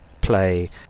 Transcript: play